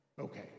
okay